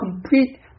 complete